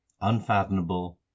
unfathomable